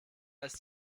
ist